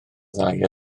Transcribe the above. ddau